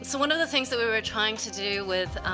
so one of the things that we were trying to do with